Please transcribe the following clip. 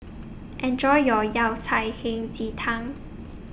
Enjoy your Yao Cai Hei Ji Tang